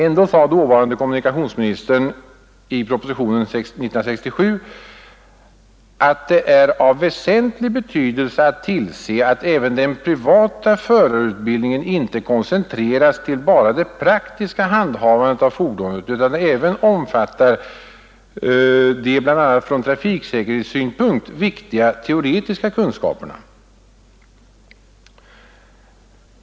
Ändå sade dåvarande kommunikationsministern i propositionen av år 1967, att det är av väsentlig betydelse att tillse att även den privata förarutbildningen inte koncentreras till bara det praktiska handhavandet av fordonet utan även omfattar de bl.a. från trafiksäkerhetssynpunkt viktiga teoretiska kunskaperna.